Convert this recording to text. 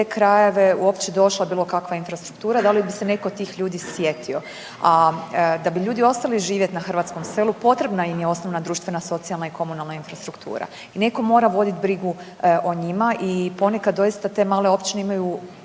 krajeve uopće došla bilo kakva infrastruktura, da li bi se netko od tih ljudi sjetio. A da bi ljudi ostali živjeti na hrvatskom selu potrebna im je osnovna društvena, socijalna i komunalna infrastruktura. Netko mora vodit brigu o njima i ponekad doista te male općine imaju